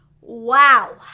Wow